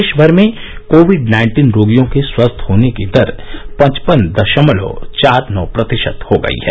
देशभर में Covid nineteen रोगियों के स्वस्थ होने की दर पचपन दशमलव चार नौ प्रतिशत हो गई है